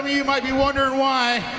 you might be wondering why.